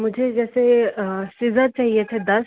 मुझे जैसे सीज़र चाहिए थे दस